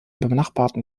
benachbarten